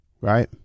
Right